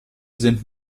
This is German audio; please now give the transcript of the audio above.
sind